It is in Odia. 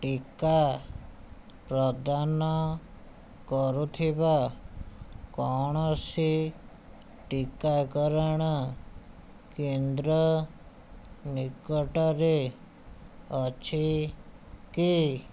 ଟୀକା ପ୍ରଦାନ କରୁଥିବା କୌଣସି ଟୀକାକରଣ କେନ୍ଦ୍ର ନିକଟରେ ଅଛି କି